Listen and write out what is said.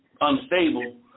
unstable